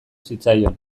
zitzaion